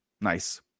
Nice